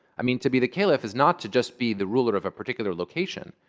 i mean, to be the caliph is not to just be the ruler of a particular location.